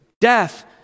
death